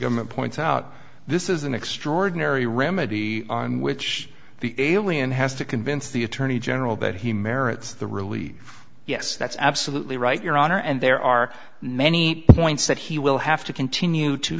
government points out this is an extraordinary remedy on which the alien has to convince the attorney general that he merits the really yes that's absolutely right your honor and there are many points that he will have to continue to